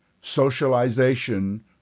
socialization